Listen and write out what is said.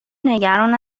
نگران